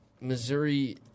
Missouri